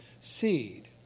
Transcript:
seed